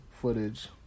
footage